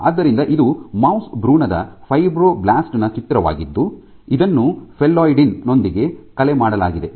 ಆದ್ದರಿಂದ ಇದು ಮೌಸ್ ಭ್ರೂಣದ ಫೈಬ್ರೊಬ್ಲಾಸ್ಟ್ ನ ಚಿತ್ರವಾಗಿದ್ದು ಇದನ್ನು ಫಲ್ಲೊಯಿಡಿನ್ ನೊಂದಿಗೆ ಕಲೆ ಮಾಡಲಾಗಿದೆ